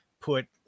Put